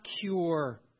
cure